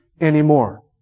anymore